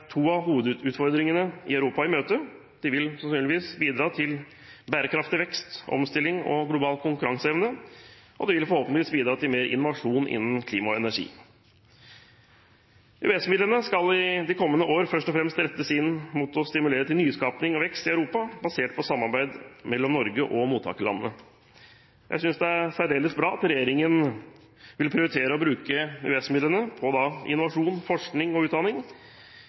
to av hovedutfordringene i Europa i møte: De vil sannsynligvis bidra til bærekraftig vekst, omstilling og global konkurranseevne, og de vil forhåpentligvis bidra til mer innovasjon innen klima og energi. EØS-midlene skal i de kommende år først og fremst rettes inn mot å stimulere til nyskaping og vekst i Europa basert på samarbeid mellom Norge og mottakerlandene. Jeg synes det er særdeles bra at regjeringen vil prioritere å bruke EØS-midlene på innovasjon, forskning og utdanning.